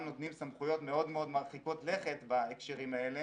נותנים סמכויות מאוד מאוד מרחיקות לכת בהקשרים האלה.